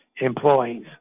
employees